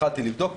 התחלתי לבדוק,